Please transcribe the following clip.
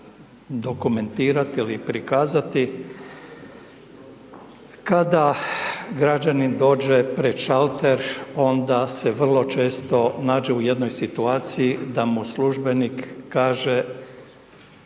dokumentirati ili prikazati, kada građanin dođe pred šalter onda se vrlo često nađe u jednoj situaciji da mu službenik kaže